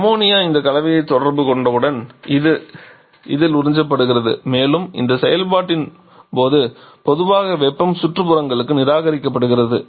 ammonia இந்த கலவையைத் தொடர்பு கொண்டவுடன் இது இதில் உறிஞ்சப்படுகிறது மேலும் இந்த செயல்பாட்டின் போது பொதுவாக வெப்பம் சுற்றுப்புறங்களுக்கு நிராகரிக்கப்படுகிறது